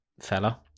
fella